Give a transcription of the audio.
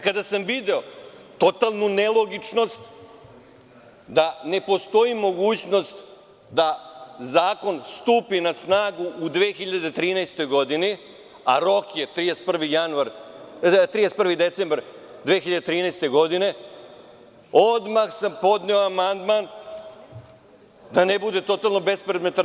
Kada sam video totalnu nelogičnost da ne postoji mogućnost da zakon stupi na snagu u 2013. godini, a rok je 31. decembar 2013. godine, odmah sam podneo amandman da ne bude totalno bespredmetan.